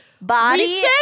body